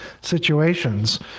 situations